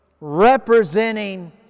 representing